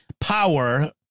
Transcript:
power